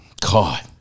God